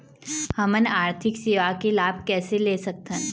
हमन आरथिक सेवा के लाभ कैसे ले सकथन?